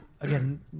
again